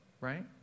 right